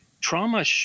trauma